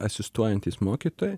asistuojantys mokytojai